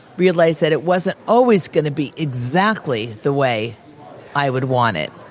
realize that it wasn't always going to be exactly the way i would want it.